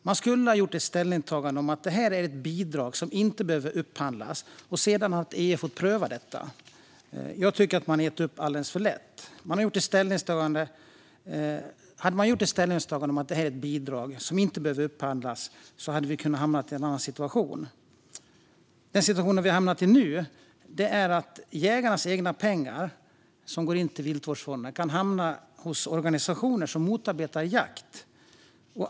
Man hade kunnat göra ett ställningstagande om att det är ett bidrag som inte behöver upphandlas, och sedan hade EU fått pröva detta. Jag tycker att man har gett upp alldeles för lätt. Om man hade gjort ett ställningstagande om att det är ett bidrag som inte behöver upphandlas hade vi kunnat vara i en annan situation. Nu har vi hamnat i en situation där jägarnas egna pengar som går till Viltvårdsfonden kan hamna hos organisationer som motarbetar jakt.